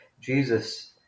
Jesus